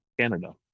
Canada